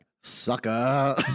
Sucker